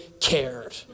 cared